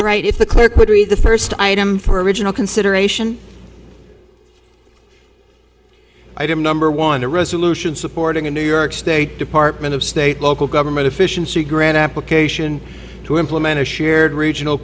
right if the clerk would read the first item for original consideration i don't number one a resolution supporting a new york state department of state local government efficiency grant application to implemented a shared regional